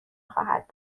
خواهد